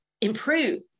improve